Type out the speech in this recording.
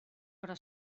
però